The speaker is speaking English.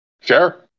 sure